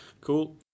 Cool